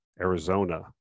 Arizona